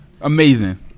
amazing